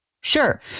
Sure